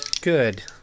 Good